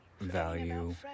value